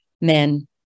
men